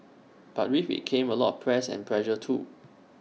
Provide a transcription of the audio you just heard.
but with IT came A lot of press and pressure too